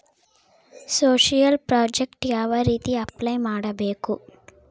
Social project ಯಾವ ರೇತಿ apply ಮಾಡಬೇಕು?